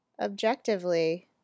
objectively